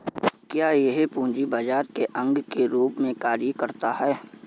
क्या यह पूंजी बाजार के अंग के रूप में कार्य करता है?